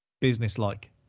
businesslike